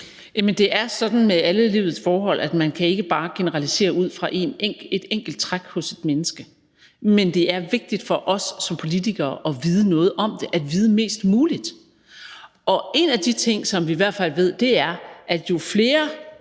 det er sådan med alle livets forhold, at man ikke bare kan generalisere ud fra et enkelt træk hos et menneske. Men det er vigtigt for os som politikere at vide noget om det, at vide mest muligt. Og en af de ting, som vi i hvert fald ved, er, at jo flere